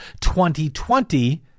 2020